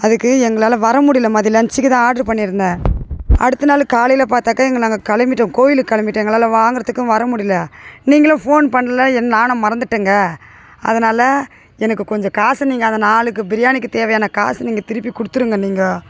அதுக்கு எங்களால் வரமுடியல மதியம் லன்சுக்குதான் ஆட்ரு பண்ணியிருந்தேன் அடுத்த நாள் காலையில் பார்த்தாக்க இங்கே நாங்கள் கிளம்பிட்டோம் கோயிலுக்கு கிளம்பிட்டோம் எங்களால் வாங்குகிறதுக்கும் வர முடியல நீங்களும் ஃபோன் பண்ணலை என் நானும் மறந்துவிட்டேங்க அதனால் எனக்கு கொஞ்சம் காசு நீங்கள் அந்த நாலுக்கு பிரியாணிக்கு தேவையான காசு நீங்கள் திருப்பி கொடுத்துருங்க நீங்க